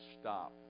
stop